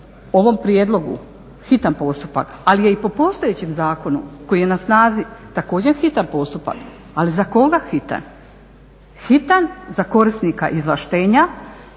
hitan postupak.